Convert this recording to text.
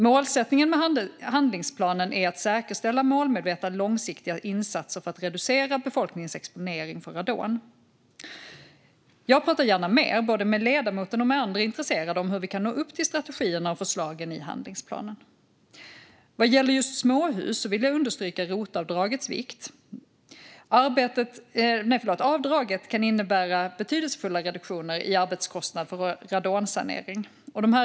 Målsättningen med handlingsplanen är att säkerställa målmedvetna och långsiktiga insatser för att reducera befolkningens exponering för radon. Jag pratar gärna mer, både med ledamoten och med andra intresserade, om hur vi kan nå upp till strategierna och förslagen i handlingsplanen. Vad gäller just småhus vill jag understryka rotavdragets vikt. Avdraget kan innebära betydelsefulla reduktioner av arbetskostnad för radonsanering.